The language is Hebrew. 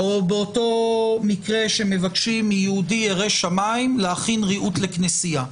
במקרה שמבקשים מיהודי ירא שמיים להכין ריהוט לכנסייה.